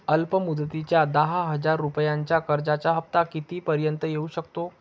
अल्प मुदतीच्या दहा हजार रुपयांच्या कर्जाचा हफ्ता किती पर्यंत येवू शकतो?